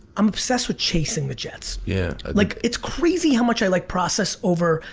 i'm obsessed with chasing the jets. yeah like it's crazy how much i like process over,